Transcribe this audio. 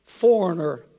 foreigner